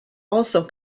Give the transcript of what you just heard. also